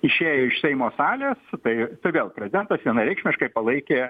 išėjo iš seimo salės tai vėl prezidentas vienareikšmiškai palaikė